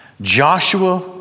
Joshua